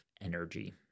energy